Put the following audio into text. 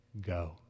go